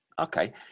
Okay